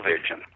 vision